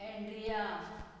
Andrea